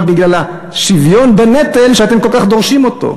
רק בגלל השוויון בנטל שאתם כל כך דורשים אותו.